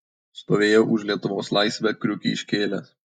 stovėjau už lietuvos laisvę kriukį iškėlęs